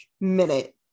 minute